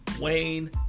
Wayne